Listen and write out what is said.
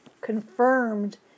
confirmed